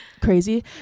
crazy